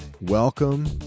Welcome